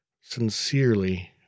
sincerely